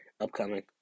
upcoming